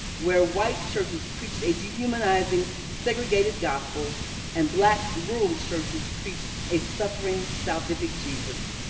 where white churches preached a dehumanizing, segregated gospel and black rural churches preached a suffering, salvific jesus.